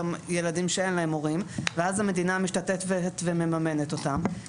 גם ילדים שאין להם הורים ואז המדינה משתתפת ומממנת אותם.